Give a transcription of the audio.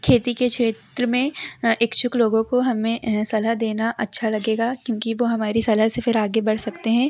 खेती के क्षेत्र में इच्छुक लोगों को हमें सलाह देना अच्छा लगेगा क्योंकि वे हमारी सलाह से फिर आगे बढ़ सकते हैं